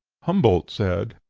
humboldt said,